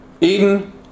Eden